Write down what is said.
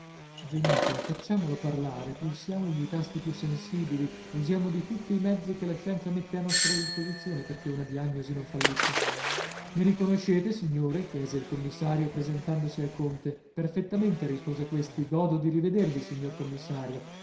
venite facciamolo parlare pulsiamogli i tasti più sensibili usiamo di tutti i mezzi che la scienza mette a nostra disposizione perchè una diagnosi non fallisca mi riconoscete signore chiese il commissario presentandosi al conte perfettamente rispose questi godo di rivedervi signor commissario